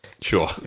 sure